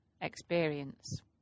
experience